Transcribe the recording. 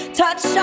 touch